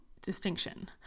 distinction